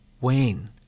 Wayne